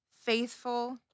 faithful